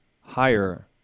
higher